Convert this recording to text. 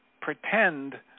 pretend